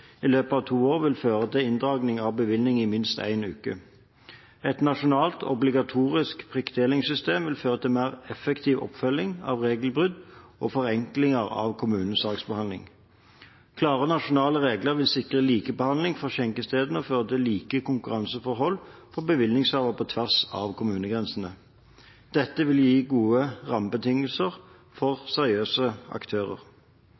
i løpet av to år vil føre til inndragning av bevilling i minst én uke. Et nasjonalt, obligatorisk prikktildelingssystem vil føre til mer effektiv oppfølging av regelbrudd og forenkling av kommunens saksbehandling. Klare nasjonale regler vil sikre likebehandling for skjenkestedene og føre til likere konkurranseforhold for bevillingshavere på tvers av kommunegrensene. Dette vil gi gode rammebetingelser for seriøse aktører.